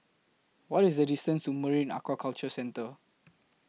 What IS The distance to Marine Aquaculture Centre